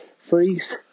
freeze